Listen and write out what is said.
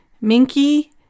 minky